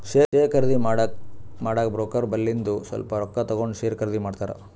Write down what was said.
share ಖರ್ದಿ ಮಾಡಾಗ broker ಬಲ್ಲಿಂದು ಸ್ವಲ್ಪ ರೊಕ್ಕಾ ತಗೊಂಡ್ ಶೇರ್ ಖರ್ದಿ ಮಾಡ್ತಾರ್